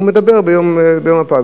הוא מדבר ביום הפג.